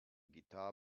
guitar